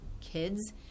kids